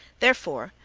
therefore,